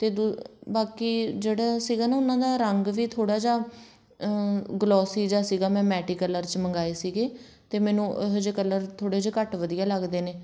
ਅਤੇ ਦੁ ਬਾਕੀ ਜਿਹੜਾ ਸੀਗਾ ਨਾ ਉਹਨਾਂ ਦਾ ਰੰਗ ਵੀ ਥੋੜ੍ਹਾ ਜਿਹਾ ਗਲੋਸੀ ਜਿਹਾ ਸੀਗਾ ਮੈਂ ਮੈਟੀ ਕਲਰ 'ਚ ਮੰਗਵਾਏ ਸੀਗੇ ਅਤੇ ਮੈਨੂੰ ਇਹੋ ਜਿਹੇ ਕਲਰ ਥੋੜ੍ਹੇ ਜਿਹੇ ਘੱਟ ਵਧੀਆ ਲੱਗਦੇ ਨੇ